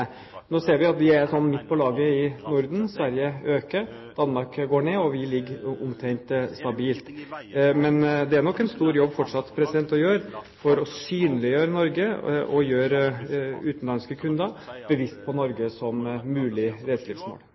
ser at vi er omtrent midt i laget i Norden – Sverige øker, Danmark reduserer, og vi ligger omtrent stabilt. Men det er nok fortsatt en stor jobb å gjøre for å synliggjøre Norge og gjøre utenlandske kunder bevisst på Norge som mulig